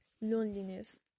Loneliness